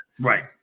Right